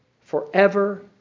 forever